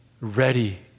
ready